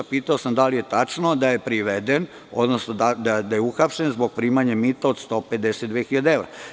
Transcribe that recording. Pitao sam dal li je tačno da je priveden, odnosno da je uhapšen zbog primanja mita od 152.000 evra?